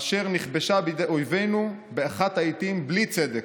אשר נכבשה בידי אויבינו באחת העיתים בלי צדק.